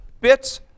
Bits